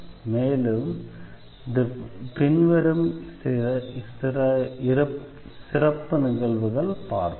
மேலும் பின்வரும் இரண்டு சிறப்பு நிகழ்வுகளை பார்த்தோம்